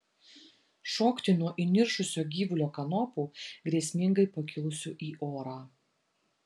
šokti nuo įniršusio gyvulio kanopų grėsmingai pakilusių į orą